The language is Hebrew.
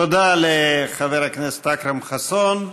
תודה לחבר הכנסת אכרם חסון.